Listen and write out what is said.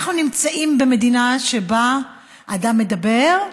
אנחנו נמצאים במדינה שבה אדם מדבר,